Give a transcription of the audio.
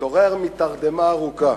התעורר מתרדמה ארוכה.